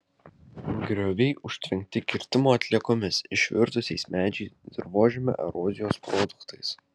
grioviai užtvenkti kirtimo atliekomis išvirtusiais medžiais dirvožemio erozijos produktais